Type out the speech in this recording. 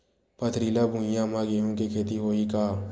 पथरिला भुइयां म गेहूं के खेती होही का?